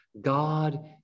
God